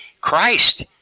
Christ